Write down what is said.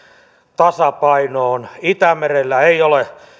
tasapainoon itämerellä ei ole